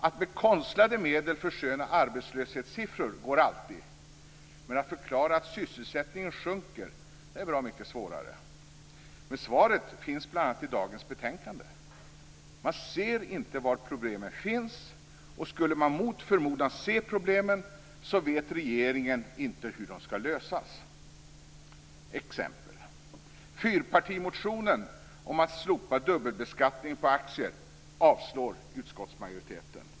Att med konstlade medel försköna arbetslöshetssiffror går alltid. Men att förklara att sysselsättningen sjunker är bra mycket svårare. Men svaret finns bl.a. i dagens betänkande. Man ser inte var problemen finns, och skulle man mot förmodan se problemen, vet regeringen inte hur de skall lösas. Exempel: Fyrpartimotionen om att slopa dubbelbeskattningen på aktier avstyrker utskottsmajoriteten.